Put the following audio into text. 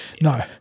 No